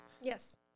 Yes